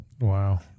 Wow